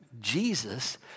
Jesus